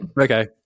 Okay